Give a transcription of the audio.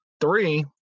Three